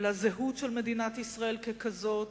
לזהות של מדינת ישראל ככזאת,